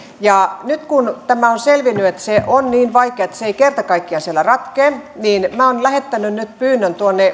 nyt kun tämä on selvinnyt että se on niin vaikea että se ei kerta kaikkiaan siellä ratkea niin minä olen lähettänyt nyt pyynnön